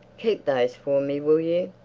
keep those for me, will you?